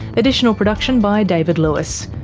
additional production by david lewis.